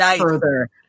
further